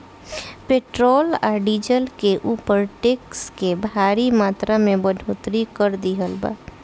petrol आ diesel के ऊपर टैक्स के भारी मात्रा में बढ़ोतरी कर दीहल बा